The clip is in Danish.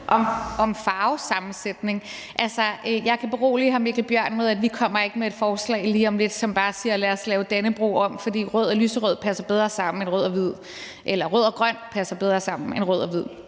om farvesammensætning. Altså, jeg kan berolige hr. Mikkel Bjørn med, at vi ikke lige om lidt kommer med et forslag, som lyder: Lad os lave Dannebrog om, fordi rød og lyserød passer bedre sammen end rød og hvid eller rød og grøn passer bedre sammen end rød og hvid.